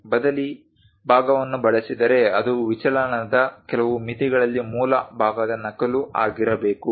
ಬದಲಿ ಭಾಗವನ್ನು ಬಳಸಿದರೆ ಅದು ವಿಚಲನದ ಕೆಲವು ಮಿತಿಗಳಲ್ಲಿ ಮೂಲ ಭಾಗದ ನಕಲು ಆಗಿರಬೇಕು